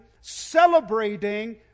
celebrating